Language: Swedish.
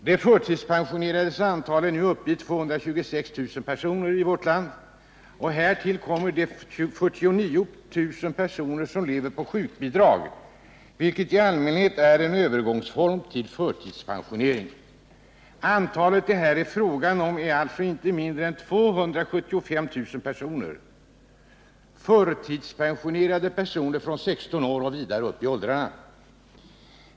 De förtidspensionerades antal är nu uppe i 226 000, och härtill kommer de 49 000 personer som lever på sjukbidrag, vilket i allmänhet är en övergångsform före förtidspensioneringen. Det är alltså fråga om inte mindre än 275 000 förtidspensionerade personer från 16 år och vidare upp i åldrarna.